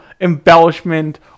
embellishment